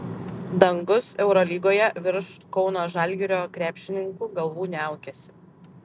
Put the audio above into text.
dangus eurolygoje virš kauno žalgirio krepšininkų galvų niaukiasi